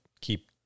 keep